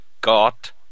got